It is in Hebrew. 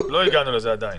לא הגענו לזה עדיין.